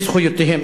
זכויותיהם.